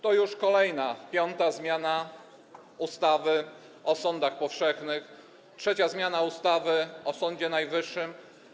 To już kolejna, piąta zmiana ustawy o sądach powszechnych, trzecia zmiana ustawy o Sądzie Najwyższym.